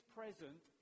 present